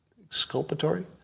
Exculpatory